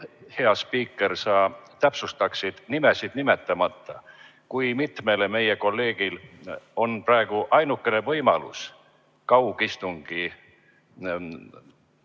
hea spiiker, sa täpsustaksid, nimesid nimetamata, kui mitmel meie kolleegil on praegu ainukene võimalus osaleda istungil